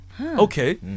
Okay